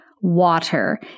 water